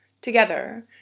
Together